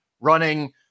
running